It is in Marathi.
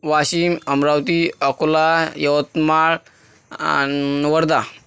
वाशीम अमरावती अकोला यवतमाळ आणि वर्धा